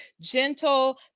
gentle